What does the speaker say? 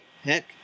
heck